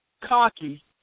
cocky